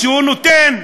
שהוא נותן: